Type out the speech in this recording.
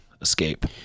escape